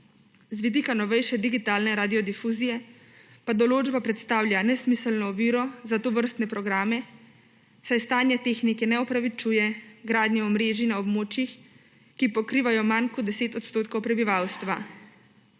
Z vidika novejše digitalne radiodifuzije pa določba predstavlja nesmiselno oviro za tovrstne programe, saj stanje tehnike ne opravičuje gradnje omrežij na območjih, ki pokrivajo manj kot 10 % prebivalstva.